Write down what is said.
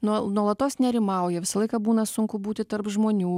nuol nuolatos nerimauja visą laiką būna sunku būti tarp žmonių